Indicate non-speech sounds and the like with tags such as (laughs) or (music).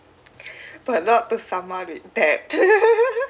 but not too with that (laughs)